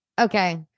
Okay